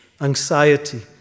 Anxiety